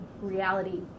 reality